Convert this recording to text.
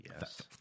Yes